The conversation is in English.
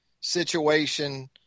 situation